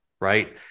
Right